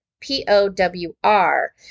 p-o-w-r